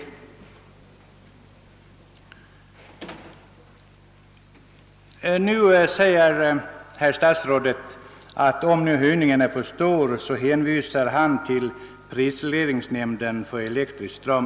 Statsrådet säger i svaret att om höjningen av eltaxorna anses för stor, så kan frågan för prövning hänskjutas till statens prisregleringsnämnd för elektrisk ström.